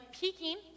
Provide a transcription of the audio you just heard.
peeking